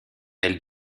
elle